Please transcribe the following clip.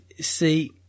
See